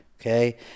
okay